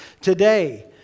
today